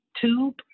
tube